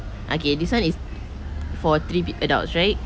okay this one is for three adults right